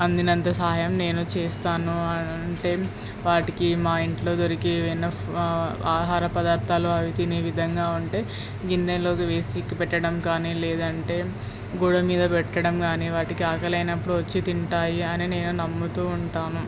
అందినంత సహాయం నేను చేస్తాను అంటే వాటికి మా ఇంట్లో దొరికే ఏమైనా ఆహార పదార్థాలు అవి తినే విధంగా ఉంటే గిన్నెలోకి వేసి పెట్టడం కానీ లేదంటే గోడ మీద పెట్టడం కానీ వాటికి ఆకలైనప్పుడు వచ్చి తింటాయి అని నేను నమ్ముతూ ఉంటాను